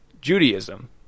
Judaism